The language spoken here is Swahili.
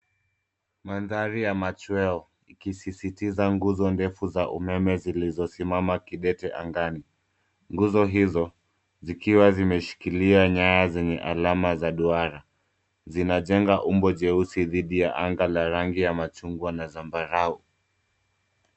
Mandhari ya machweo, ikisisitiza nguzo ndefu za umeme zilizosimama kidete angani. Nguzo hizo zikiwa zimeshikilia nyaya zenye alama za duara, zinajenga umbo jeusi dhidi ya anga la rangi ya machungwa na zambarau.